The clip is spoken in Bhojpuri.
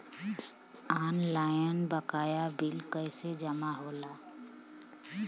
ऑनलाइन बकाया बिल कैसे जमा होला?